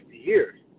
years